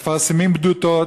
מפרסמים בדותות,